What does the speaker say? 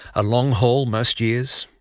a long-haul most years,